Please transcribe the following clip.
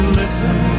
listen